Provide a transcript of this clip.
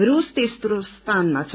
रूस तेस्रो स्थानमा छ